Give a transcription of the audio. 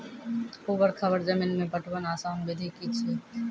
ऊवर खाबड़ जमीन मे पटवनक आसान विधि की ऐछि?